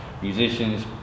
musicians